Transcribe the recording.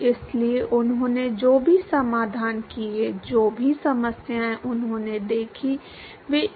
इसलिए यदि हम किसी दी गई समस्या के लिए इन दो मात्राओं को खोजने में सक्षम हैं तो हम कर चुके हैं